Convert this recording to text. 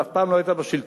שאף פעם לא היתה בשלטון,